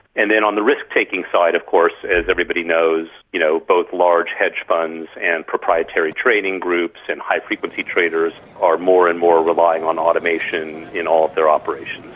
and then on the risk-taking side, of course, as everybody knows, you know both large hedge funds and propriety trading groups and high frequency traders are more and more relying on automation in all of their operations.